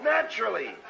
Naturally